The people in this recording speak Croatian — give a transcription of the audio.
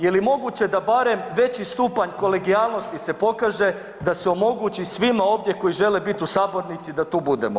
Je li moguće da barem veći stupanj kolegijalnosti se pokaže da se omogući svima ovdje koji žele biti u sabornici da tu budemo?